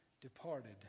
departed